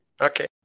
Okay